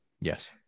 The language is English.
Yes